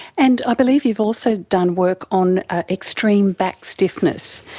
and i believe you've also done work on ah extreme back stiffness.